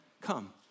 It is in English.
come